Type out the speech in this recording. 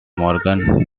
morgan